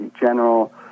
general